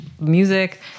music